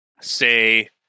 say